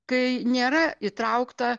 kai nėra įtraukta